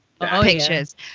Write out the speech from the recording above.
pictures